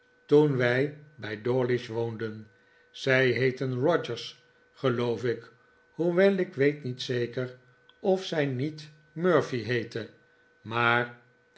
toen wij bij dawlish woonden zij heette rogers geloof ik hoewel ik weet niet zeker of zij niet murphy heette maar